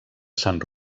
sant